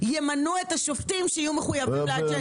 ימנו את השופטים שיהיו מחויבים לאג'נדה.